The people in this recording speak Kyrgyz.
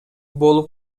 болуп